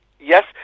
Yes